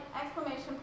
exclamation